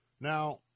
Now